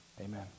Amen